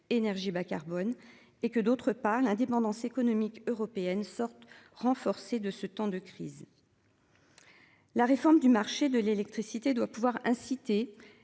énergie bas-carbone et que d'autre part l'indépendance économique européenne sorte renforcés de ce temps de crise. La réforme du marché de l'électricité doit pouvoir inciter